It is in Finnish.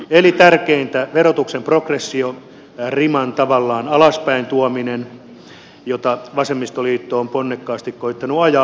eli tärkeintä on verotuksen progressioriman tavallaan alaspäin tuominen jota vasemmistoliitto on ponnekkaasti koittanut ajaa